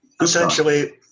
essentially